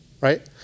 right